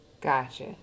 Gotcha